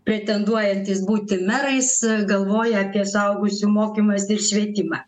pretenduojantys būti merais galvoja apie suaugusių mokymąsi ir švietimą